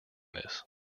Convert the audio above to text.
this